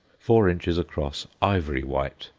four inches across, ivory white,